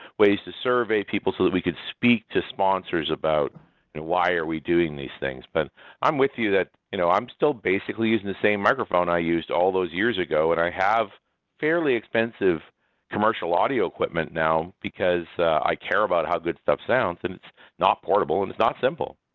ways to survey people so that we could speak to sponsors about why are we doing these things. but i'm with you that you know i'm still basically using the same microphone i used all those years ago, and i have fairly expensive commercial audio equipment now because i care about how good stuff sounds, and it's not portable and it's not simple.